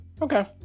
Okay